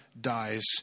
dies